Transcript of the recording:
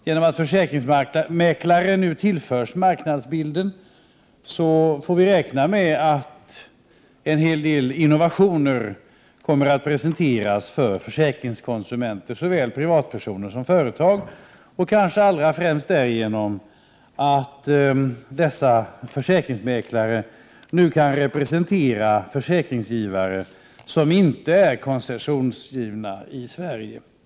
I och med att försäkringsmäklare nu tillförs marknadsbilden får vi räkna med att en hel del innovationer kommer att presenteras för försäkringskonsumenter, såväl privatpersoner som företag, och kanske allra främst därigenom att dessa försäkringsmäklare nu kan representera försäkringsgivare som inte är koncessionsgivna i Sverige.